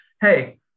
Hey